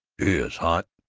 it's hot!